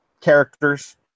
characters